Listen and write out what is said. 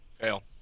Fail